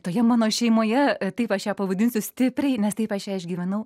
toje mano šeimoje taip aš ją pavadinsiu stipriai nes taip aš ją išgyvenau